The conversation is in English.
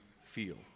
feel